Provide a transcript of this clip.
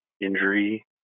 injury